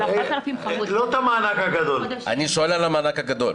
אני שואל על המענק הגדול.